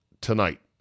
tonight